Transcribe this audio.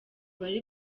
bari